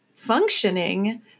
functioning